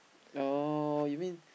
oh you mean